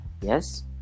yes